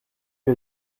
dès